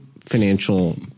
financial